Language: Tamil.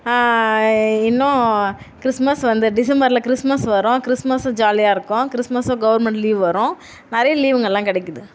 இன்னும் கிறிஸ்மஸ் வந்து டிசம்பரில் கிறிஸ்மஸ் வரும் கிறிஸ்மஸ்ஸும் ஜாலியாக இருக்கும் கிறிஸ்மஸ்ஸும் கவுர்மெண்ட் லீவ் வரும் நிறைய லீவுங்களெலாம் கிடைக்குது